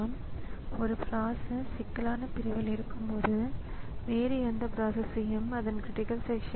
இதேபோல் நீங்கள் ஒரு டிஸ்க்கில் இருந்து சில டேட்டாவை மாற்றும்போது அது உண்மையில் இந்த கணினி அமைப்புக்கு செல்ல வேண்டும்